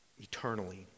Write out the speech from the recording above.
eternally